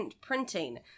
printing